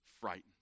frightened